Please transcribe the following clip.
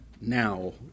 now